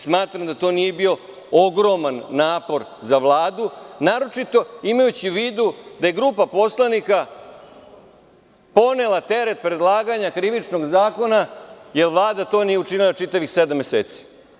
Smatram da to nije bio ogroman napor za Vladu, naročito imajući u vidu da je grupa poslanika ponela teret predlaganja Krivičnog zakona jer Vlada to nije učinila čitavih sedam meseci.